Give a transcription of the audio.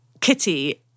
Kitty